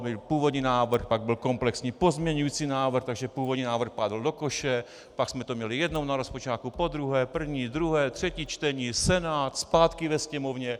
Byl původní návrh, pak byl komplexní pozměňující návrh, takže původní návrh padl do koše, pak jsme to měli jednou na rozpočťáku, podruhé, první, druhé, třetí čtení, Senát, zpátky ve Sněmovně.